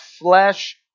flesh